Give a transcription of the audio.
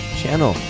channel